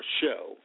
show